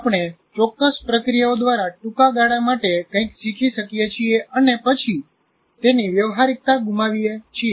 આપણે ચોક્કસ પ્રક્રિયાઓ દ્વારા ટૂંકા ગાળા માટે કંઈક શીખી શકીએ છીએ સમયગાળો થોડી મિનિટો દિવસો અથવા તો સત્રના અંત સુધી હોઈ શકે છે અને પછી તેની વ્યવહારીકતા ગુમાવીએ છીએ